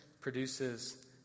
produces